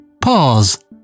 Pause